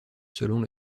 selon